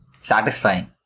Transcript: satisfying